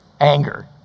anger